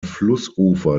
flussufer